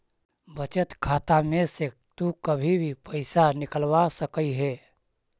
बचत खाता में से तु कभी भी पइसा निकलवा सकऽ हे